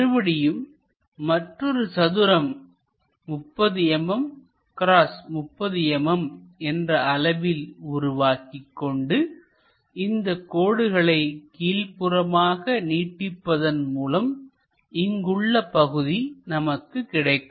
மறுபடியும் மற்றொரு சதுரம் 30 mm x 30 mm என்ற அளவில் உருவாக்கி கொண்டு இந்த கோடுகளை கீழ்ப்புறமாக நீடிப்பதன் மூலம் இங்கு உள்ள பகுதி நமக்கு கிடைக்கும்